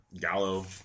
Gallo